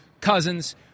Cousins